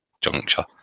Juncture